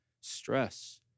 stress